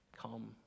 come